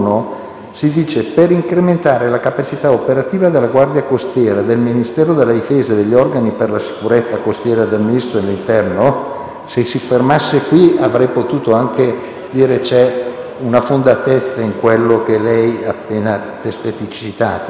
si dice: «per incrementare la capacità operativa della Guardia costiera del Ministero della difesa e degli organi per la sicurezza costiera del Ministero dell'interno»; se il testo si fosse fermato qui, avrei potuto anche dire che c'è fondatezza in quello che lei ha testé citato.